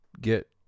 get –